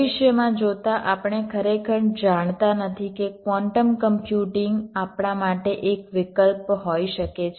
ભવિષ્યમાં જોતાં આપણે ખરેખર જાણતા નથી કે ક્વોન્ટમ કમ્પ્યુટિંગ આપણા માટે એક વિકલ્પ હોઈ શકે છે